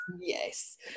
Yes